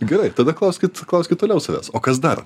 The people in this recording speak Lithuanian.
gerai tada klauskit klauskit toliau savęs o kas dar